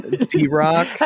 T-Rock